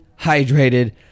hydrated